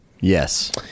Yes